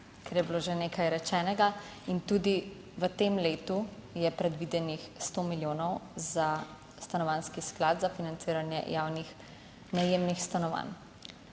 ker je bilo že nekaj rečenega in tudi v tem letu je predvidenih 100 milijonov za Stanovanjski sklad, za financiranje javnih najemnih stanovanj.